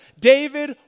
David